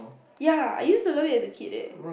ya I used to love it as a kid leh